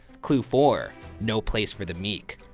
clue four, no place for the meek.